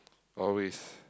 always